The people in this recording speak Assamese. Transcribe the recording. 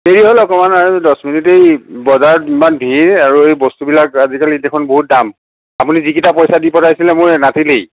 দেৰি হ'ল অকণমান আৰু দহ মিনিট এই বজাৰত ইমান ভিৰ আৰু এই বস্তুবিলাক আজিকালি দেখুন বহুত দাম আপুনি যিকেইটা পইচা দি পঠাইছিলে মোৰ নাটিলেই